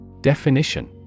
Definition